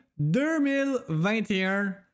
2021